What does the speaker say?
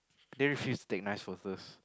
they refused to take nice photos